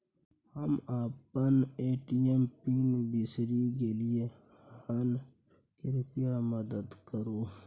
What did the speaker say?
हम अपन ATM PIN बिसरि गलियै हन, कृपया मदद करु